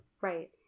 right